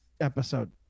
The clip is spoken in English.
episode